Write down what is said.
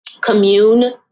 commune